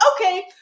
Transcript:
okay